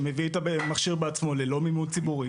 שמביא את המכשיר בעצמו ללא מימון ציבורי